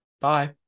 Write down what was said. Bye